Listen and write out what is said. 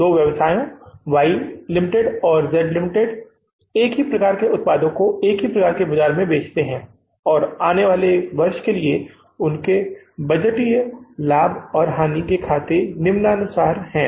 दो व्यवसायों Y Ltd और Z Ltd एक ही प्रकार के उत्पाद को एक ही प्रकार के बाजार में बेचते हैं आने वाले वर्ष के लिए उनके बजटीय लाभ और हानि खाते निम्नानुसार हैं